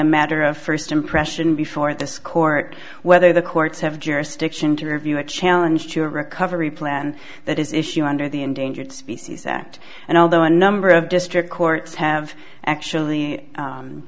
a matter of first impression before this court whether the courts have jurisdiction to review a challenge to a recovery plan that is issue under the endangered species act and although a number of district courts have actually